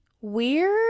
weird